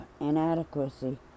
inadequacy